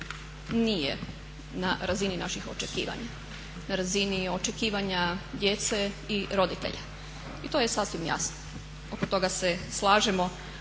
nije na razini naših očekivanja, na razini očekivanja djece i roditelja i to je sasvim jasno. Oko toga se slažemo.